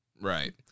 Right